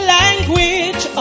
language